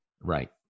Right